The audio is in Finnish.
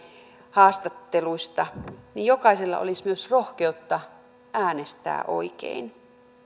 haastatteluista myös rohkeutta äänestää oikein